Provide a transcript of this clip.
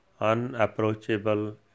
unapproachable